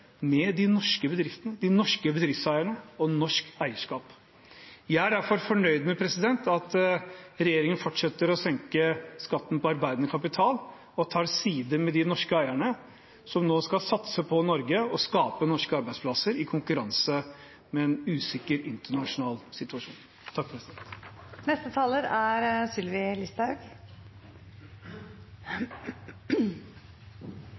med de norske bedriftene, de norske bedriftseierne og norsk eierskap. Jeg er derfor fornøyd med at regjeringen fortsetter med å senke skatten på arbeidende kapital og tar side med de norske eierne, som nå skal satse på Norge og skape norske arbeidsplasser i konkurranse i en usikker internasjonal situasjon. Dette budsjettet er